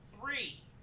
three